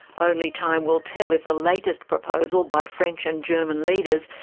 only time will tell if the latest proposal by french and german leaders,